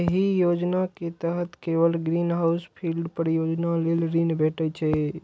एहि योजना के तहत केवल ग्रीन फील्ड परियोजना लेल ऋण भेटै छै